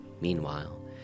Meanwhile